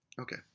Okay